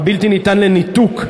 הבלתי ניתן לניתוק,